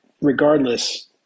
regardless